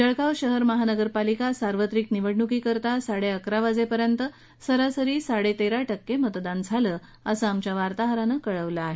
जळगाव शहर महानगरपालिका सार्वत्रिक निवडणूकीकरता साडेअकरा वाजेपर्यंत सरासरी साडे तेरा टक्के मतदान झालं असं आमच्या वार्ताहरानं कळवलं आहे